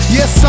Yes